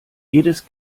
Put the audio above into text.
jedes